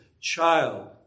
child